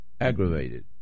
aggravated